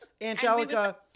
Angelica